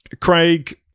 Craig